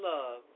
Love